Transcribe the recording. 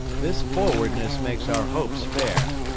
this forwardness makes our hopes fair.